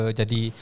jadi